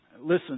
Listen